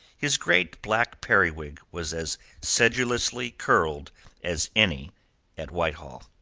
his great black periwig was as sedulously curled as any at whitehall.